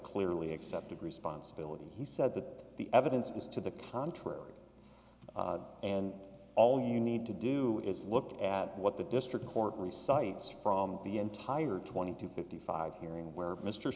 clearly accepted responsibility he said that the evidence is to the contrary and all you need to do is look at what the district court recites from the entire twenty to fifty five hearing where m